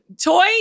Toy